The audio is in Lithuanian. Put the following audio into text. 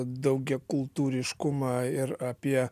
daugiakultūriškumą ir apie